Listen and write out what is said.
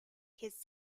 his